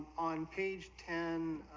on page ten